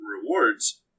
rewards